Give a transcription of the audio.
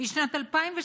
בשנת 2003,